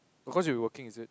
cause you'll be working is it